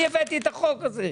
אני הבאתי את החוק הזה.